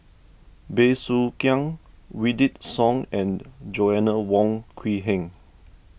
Bey Soo Khiang Wykidd Song and Joanna Wong Quee Heng